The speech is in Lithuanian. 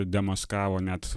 demaskavo net